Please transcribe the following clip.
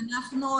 אנחנו,